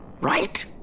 right